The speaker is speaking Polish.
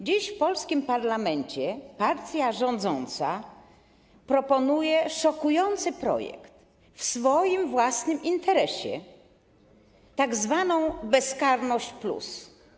Dziś w polskim parlamencie partia rządząca proponuje szokujący projekt w swoim własnym interesie, tzw. bezkarność+.